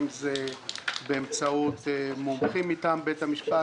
אם זה באמצעות מומחים מטעם בית-המשפט,